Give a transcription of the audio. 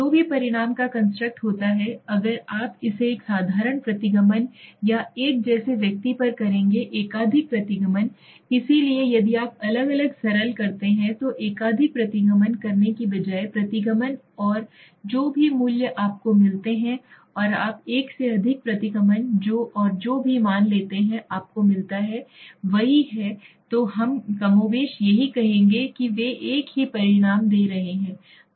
जो भी परिणाम का कंस्ट्रक्ट होता है अगर आप इसे एक साधारण प्रतिगमन या एक जैसे व्यक्ति पर करेंगे एकाधिक प्रतिगमन इसलिए यदि आप अलग अलग सरल करते हैं तो एकाधिक प्रतिगमन करने के बजाय प्रतिगमन और जो भी मूल्य आपको मिलते हैं और आप एक से अधिक प्रतिगमन और जो भी मान लेते हैं आपको मिलता है वही है तो हम कमोबेश यही कहेंगे कि वे एक ही परिणाम दे रहे हैं